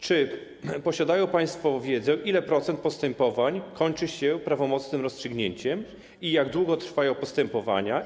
Czy posiadają państwo wiedzę, jaki procent postępowań kończy się prawomocnym rozstrzygnięciem i jak długo trwają postępowania?